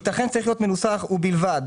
ייתכן שצריך להיות מנוסח: ובלבד